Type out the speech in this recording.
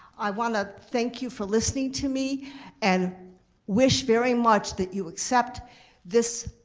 i want to thank you for listening to me and wish very much that you accept this,